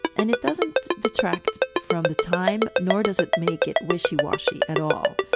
and it doesn't detract from the time nor does it make it wishy-washy at all.